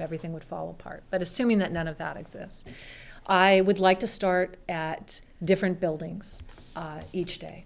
everything would fall apart but assuming that none of that exists i would like to start at different buildings each day